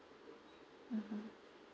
mmhmm